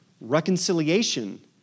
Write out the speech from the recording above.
Reconciliation